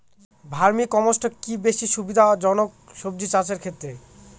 Vermi compost কি বেশী সুবিধা জনক সবজি চাষের ক্ষেত্রে?